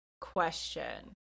question